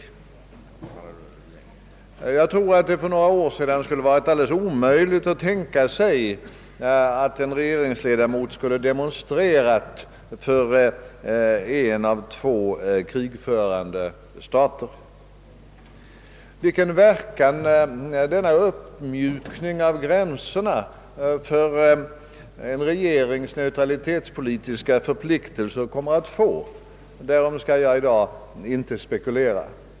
Jag tror att det för några år sedan hade varit alldeles omöjligt att tänka sig att en regeringsledamot skulle demonstrera för en av två krigförande stater. Vilken verkan denna uppmjukning av gränserna för en regerings neutralitetspolitiska förpliktelser kommer att få, därom skall jag i dag inte spekulera.